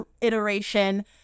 iteration